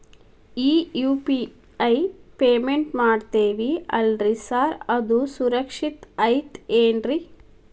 ಈ UPI payment ಮಾಡ್ತೇವಿ ಅಲ್ರಿ ಸಾರ್ ಅದು ಸುರಕ್ಷಿತ್ ಐತ್ ಏನ್ರಿ?